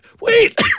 wait